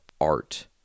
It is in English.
art